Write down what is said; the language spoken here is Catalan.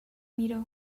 miró